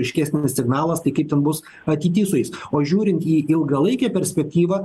aiškesnis signalas tai kaip ten bus ateity su jais o žiūrint į ilgalaikę perspektyvą